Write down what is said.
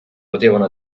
potevano